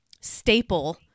staple